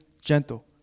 gentle